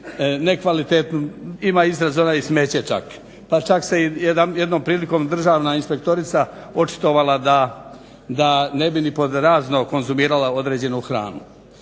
nekvalitetnu, ima izraz onaj i smeće čak, pa čak se i jednom prilikom državna inspektorica očitovala da ne bi ni pod razno konzumirala određenu hranu.